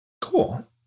Cool